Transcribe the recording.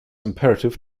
imperative